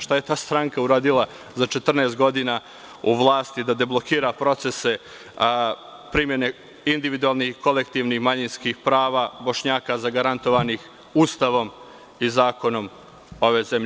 Šta je ta stranka uradila za 14 godina u vlasti da deblokira procese primene individualnih, kolektivnih i manjinskih prava Bošnjaka, zagarantovanih Ustavom i zakonom ove zemlje?